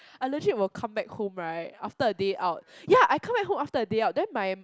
I legit will come back home right after a day out ya I come back home after a day out then my